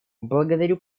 благодарю